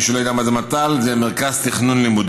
מי שלא יודע מה זה מת"ל, זה מרכז תכנון לימודים,